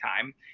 time